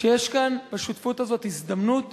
שיש כאן, בשותפות הזאת, הזדמנות